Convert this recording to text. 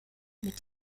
mit